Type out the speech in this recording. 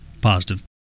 positive